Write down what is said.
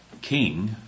king